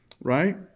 Right